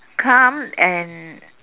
come and